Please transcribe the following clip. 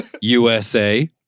USA